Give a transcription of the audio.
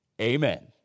amen